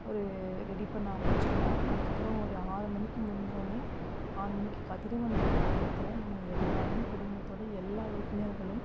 ஒரு ரெடி பண்ண ஆரம்பிச்சிருவோம் அதுக்கப்புறம் ஒரு ஆறு மணிக்கு முடிஞ்சோடனே ஆறு மணிக்கு கதிரவன் வர நேரத்தில் நாங்கள் எல்லாரும் குடும்பத்தோட எல்லா உறுப்பினர்களும்